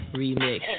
remix